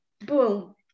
boom